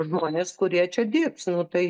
žmones kurie čia dirbs nu tai